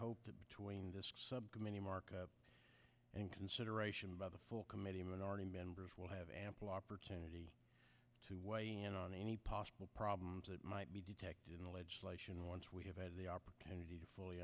hope that when the subcommittee markup in consideration by the full committee minority members will have ample opportunity to weigh in on any possible problems that might be detected in the legislation once we have had the opportunity to fully